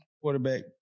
quarterback